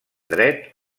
dret